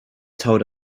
told